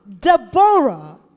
Deborah